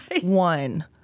One